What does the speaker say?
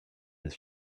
his